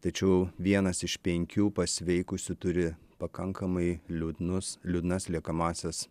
tačiau vienas iš penkių pasveikusių turi pakankamai liūdnus liūdnas liekamąsias